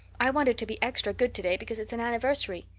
i wanted to be extra good today because it's an anniversary.